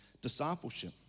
discipleship